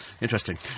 Interesting